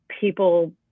people